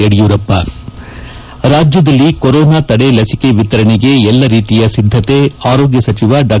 ಯಡಿಯೂರಪ್ಪ ರಾಜ್ಯದಲ್ಲಿ ಕೊರೊನಾ ತೆಡೆ ಲಸಿಕೆ ವಿತರಣೆಗೆ ಎಲ್ಲಾ ರೀತಿಯ ಸಿದ್ದತೆ ಆರೋಗ್ಯ ಸಚಿವ ಡಾ